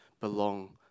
belong